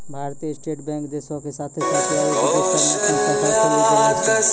भारतीय state bank देशो के साथे साथ अबै विदेशो मे अपनो शाखा खोलि देले छै